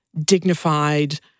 dignified